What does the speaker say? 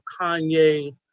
Kanye